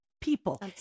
people